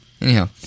Anyhow